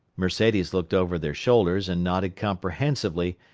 mercedes looked over their shoulders and nodded comprehensively,